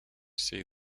see